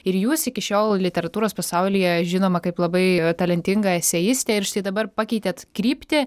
ir jūs iki šiol literatūros pasaulyje žinoma kaip labai talentinga eseistė ir štai dabar pakeitėt kryptį